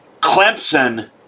clemson